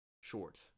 short